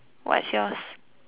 what's yours